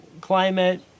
climate